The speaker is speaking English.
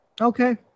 Okay